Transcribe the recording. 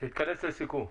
תתכנס לסיכום.